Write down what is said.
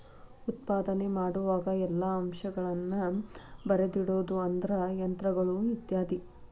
ಉತ್ಪಾದನೆ ಮಾಡುವಾಗ ಎಲ್ಲಾ ಅಂಶಗಳನ್ನ ಬರದಿಡುದು ಅಂದ್ರ ಯಂತ್ರಗಳು ಇತ್ಯಾದಿ